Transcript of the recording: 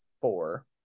four